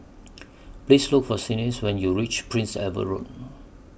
Please Look For when YOU REACH Prince Edward Road